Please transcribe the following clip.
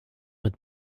mit